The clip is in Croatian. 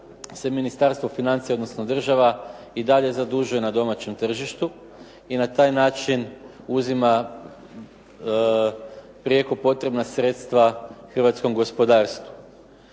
Ministarstvo financija, odnosno država i dalje zadužuje na domaćem tržištu i na taj način uzima prijeko potrebna sredstva hrvatskom gospodarstvu.